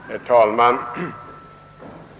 Herr talman!